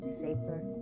safer